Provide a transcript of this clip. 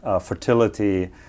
fertility